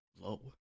low